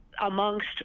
amongst